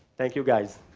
thank you guys.